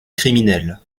criminelle